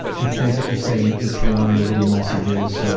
the things that you say in each one, the little messages,